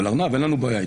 אבל עם ארנב אין לנו בעיה.